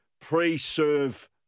pre-serve